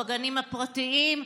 בגנים הפרטיים,